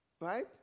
Right